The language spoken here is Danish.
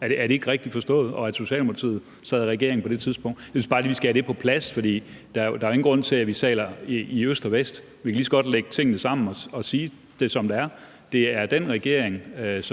Er det ikke rigtigt forstået, at Socialdemokratiet sad i regering på det tidspunkt? Jeg synes bare lige, at vi skal have det på plads, for der er jo ingen grund til, at vi taler i øst og vest. Vi kan lige så godt lægge tingene sammen og sige det, som det er. Det er den regering, hvor det